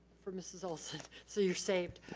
for mrs. olson. so you're saying.